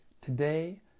Today